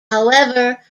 however